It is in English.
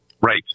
Right